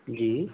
जी